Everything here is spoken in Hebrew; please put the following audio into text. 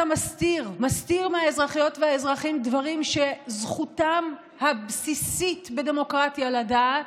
אתה מסתיר מהאזרחיות והאזרחים דברים שזכותם הבסיסית בדמוקרטיה לדעת,